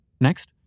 Next